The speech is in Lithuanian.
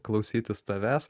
klausytis tavęs